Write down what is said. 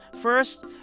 First